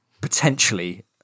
potentially